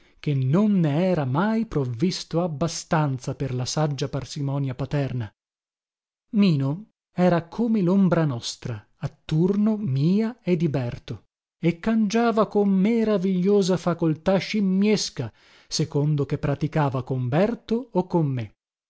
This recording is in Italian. che non ne era mai provvisto abbastanza per la saggia parsimonia paterna mino era come lombra nostra a turno mia e di berto e cangiava con meravigliosa facoltà scimmiesca secondo che praticava con berto o con me